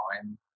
time